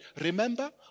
remember